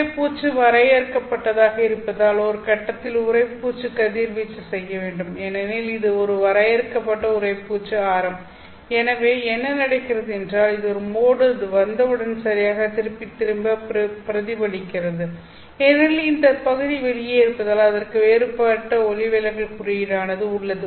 உறைப்பூச்சு வரையறுக்கப்பட்டதாக இருப்பதால் ஒரு கட்டத்தில் உறைப்பூச்சு கதிர்வீச்சு செய்ய வேண்டும் ஏனெனில் இது ஒரு வரையறுக்கப்பட்ட உறைப்பூச்சு ஆரம் எனவே என்ன நடக்கிறது என்றால் இந்த மோட் அது வந்தவுடன் சரியாகத் திரும்பத் திரும்ப பிரதிபலிக்கிறது ஏனெனில் இந்த பகுதி வெளியே இருப்பதால் அதற்கு வேறுபட்ட ஒளிவிலகல் குறியீடானது உள்ளது